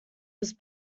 was